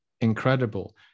incredible